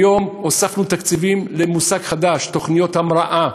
היום הוספנו תקציבים למושג חדש, תוכניות המראה,